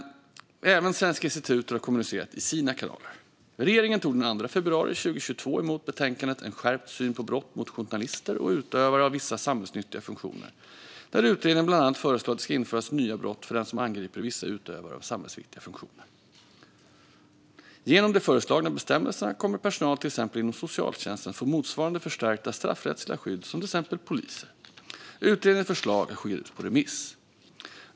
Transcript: Även Svenska institutet har kommunicerat i sina kanaler. Regeringen tog den 2 februari 2022 emot betänkandet En skärpt syn på brott mot journalister och utövare av vissa samhällsnyttiga funktioner , där utredningen bland annat föreslår att det ska införas nya brott för den som angriper vissa utövare av samhällsnyttiga funktioner. Genom de föreslagna bestämmelserna kommer personal, till exempel inom socialtjänsten, att få motsvarande förstärkta straffrättsliga skydd som till exempel poliser. Utredningens förslag har skickats på remiss.